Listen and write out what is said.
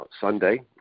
Sunday